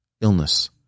illness